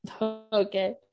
Okay